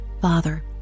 father